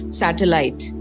satellite